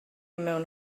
mewn